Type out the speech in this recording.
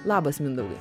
labas mindaugai